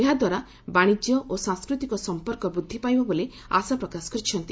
ଏହାଦ୍ୱାରା ବାଣିଜ୍ୟ ଓ ସାଂସ୍କୃତିକ ସମ୍ପର୍କ ବୃଦ୍ଧି ପାଇବ ବୋଲି ଆଶାପ୍ରକାଶ କରିଛନ୍ତି